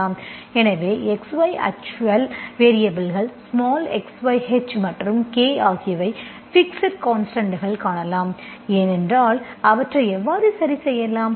எனவே X Y அச்சுவல் வேரியபல்கள் ஸ்மால் x y h மற்றும் k ஆகியவை பிக்ஸ்ட் கான்ஸ்டன்ட்கள் காணலாம் ஏனென்றால் அவற்றை எவ்வாறு சரி செய்யலாம்